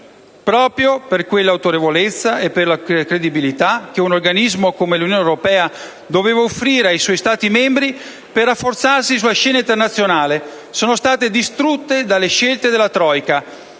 Proprio quella autorevolezza e quella credibilità che un organismo come l'Unione europea doveva offrire ai suoi Stati membri per rafforzarsi sulla scena internazionale sono state distrutte dalle scelte della *troika*,